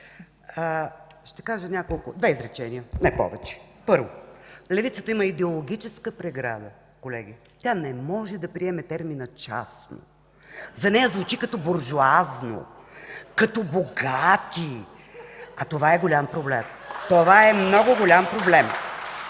Ще кажа две изречения, не повече. Първо, левицата има идеологическа преграда, колеги. Тя не може да приеме термина „частно”. За нея звучи като буржоазно, като богати, а това е голям проблем. (Шум и реплики